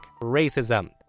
racism